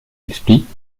expliquent